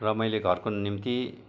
र मैले घरको निम्ति